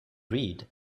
read